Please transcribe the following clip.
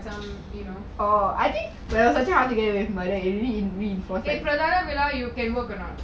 become you know if பிரதான விழா:prathana vizha you can work or not